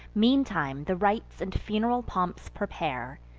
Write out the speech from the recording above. meantime the rites and fun'ral pomps prepare,